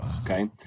okay